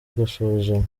gusuzumwa